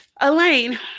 Elaine